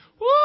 Woo